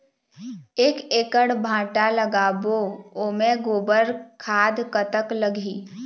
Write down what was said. एक एकड़ भांटा लगाबो ओमे गोबर खाद कतक लगही?